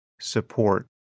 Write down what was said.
support